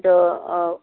ꯑꯗꯣ